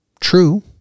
true